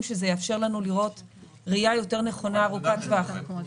שזה יאפשר לנו לראות ראייה יותר נכונה ארוכת טווח.